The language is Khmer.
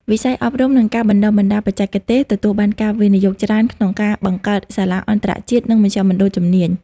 វិស័យអប់រំ និងការបណ្ដុះបណ្ដាលបច្ចេកទេស ទទួលបានការវិនិយោគច្រើនក្នុងការបង្កើតសាលាអន្តរជាតិ និងមជ្ឈមណ្ឌលជំនាញ។